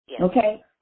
Okay